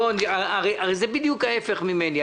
הרי זה בדיוק ההיפך ממני.